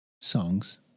songs